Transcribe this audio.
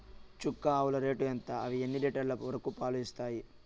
చుక్క ఆవుల రేటు ఎంత? అవి ఎన్ని లీటర్లు వరకు పాలు ఇస్తాయి?